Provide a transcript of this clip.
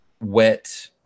wet